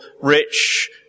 rich